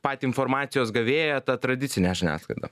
patį informacijos gavėją ta tradicine žiniasklaida